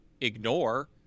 ignore